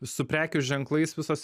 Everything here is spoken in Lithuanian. su prekių ženklais visos